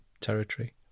territory